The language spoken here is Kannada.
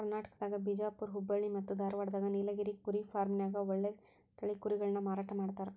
ಕರ್ನಾಟಕದಾಗ ಬಿಜಾಪುರ್ ಹುಬ್ಬಳ್ಳಿ ಮತ್ತ್ ಧಾರಾವಾಡದಾಗ ನೇಲಗಿರಿ ಕುರಿ ಫಾರ್ಮ್ನ್ಯಾಗ ಒಳ್ಳೆ ತಳಿ ಕುರಿಗಳನ್ನ ಮಾರಾಟ ಮಾಡ್ತಾರ